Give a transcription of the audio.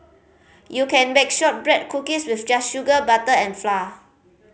you can bake shortbread cookies with just sugar butter and flour